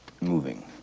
moving